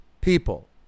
people